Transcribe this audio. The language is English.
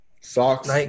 Socks